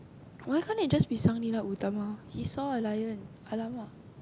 why can't they just they be Sang-Nila-Utama he saw a lion !alamak!